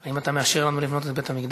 האם אתה מאשר לנו לבנות את בית-המקדש?